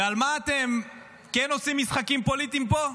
על מה אתם כן עושים משחקים פוליטיים פה?